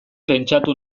pentsatu